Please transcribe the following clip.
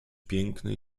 pięknej